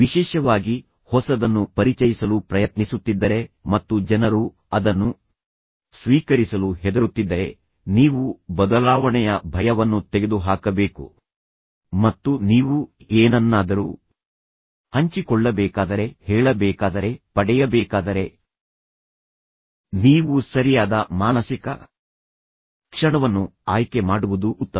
ವಿಶೇಷವಾಗಿ ಹೊಸದನ್ನು ಪರಿಚಯಿಸಲು ಪ್ರಯತ್ನಿಸುತ್ತಿದ್ದರೆ ಮತ್ತು ಜನರು ಅದನ್ನು ಸ್ವೀಕರಿಸಲು ಹೆದರುತ್ತಿದ್ದರೆ ನೀವು ಬದಲಾವಣೆಯ ಭಯವನ್ನು ತೆಗೆದುಹಾಕಬೇಕು ಮತ್ತು ನೀವು ಏನನ್ನಾದರೂ ಹಂಚಿಕೊಳ್ಳಬೇಕಾದರೆ ಹೇಳಬೇಕಾದರೆ ಪಡೆಯಬೇಕಾದರೆ ನೀವು ಸರಿಯಾದ ಮಾನಸಿಕ ಕ್ಷಣವನ್ನು ಆಯ್ಕೆ ಮಾಡುವುದು ಉತ್ತಮ